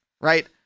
right